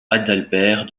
adalbert